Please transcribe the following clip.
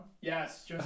Yes